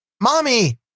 mommy